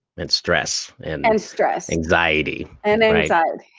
and stress and. and stress. anxiety. and anxiety.